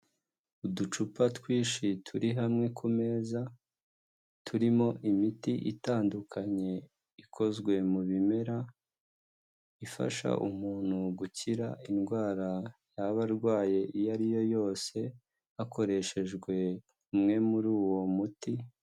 uducupa twinshi turi hamwe ku meza, turimo imiti itandukanye ikozwe mu bimera, ifasha umuntu gukira indwara yaba arwaye iyo ari yo yose, hakoreshejwe umwe muri uwo muti.